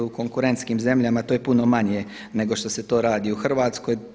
U konkurentskim zemljama to je puno manje nego što se to radi u Hrvatskoj.